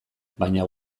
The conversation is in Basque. baina